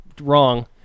wrong